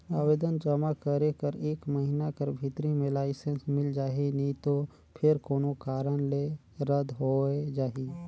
आवेदन जमा करे कर एक महिना कर भीतरी में लाइसेंस मिल जाही नी तो फेर कोनो कारन ले रद होए जाही